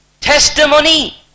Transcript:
testimony